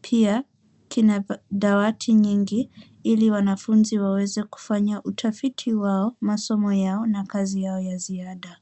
Pia, kina dawati nyingi ili wanafunzi waweze kufanya utafiti wao, masomo yao na kazi yao ya ziada.